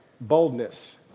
boldness